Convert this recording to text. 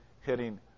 hitting